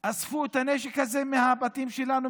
אספו את הנשק הזה מהבתים שלנו,